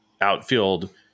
outfield